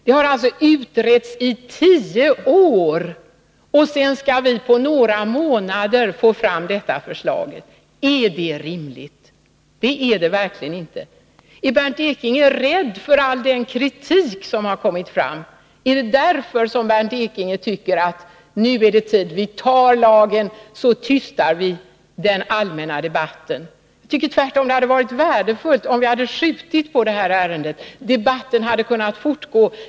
Det har utretts i 10 år, och nu skall vi på några månader få fram denna lag. Är det rimligt? Nej, det är det verkligen inte. Är Bernt Ekinge rädd för all den kritik som har kommit fram? Är det därför som Bernt Ekinge tycker att det nu är tid? Vi tar lagen, så tystar vi den allmänna debatten, tycks han resonera. Jag tycker tvärtom att det hade varit värdefullt om vi hade skjutit på ärendet. Debatten hade kunnat fortgå.